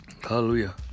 Hallelujah